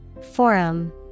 Forum